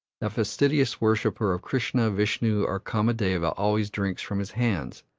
the fastidious worshipper of krishna, vishnu, or kamadeva always drinks from his hands,